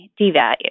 devalue